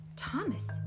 Thomas